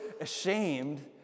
ashamed